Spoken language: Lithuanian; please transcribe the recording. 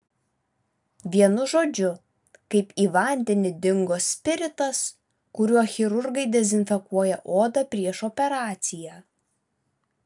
vienu žodžiu kaip į vandenį dingo spiritas kuriuo chirurgai dezinfekuoja odą prieš operaciją